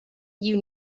you